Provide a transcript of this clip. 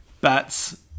bats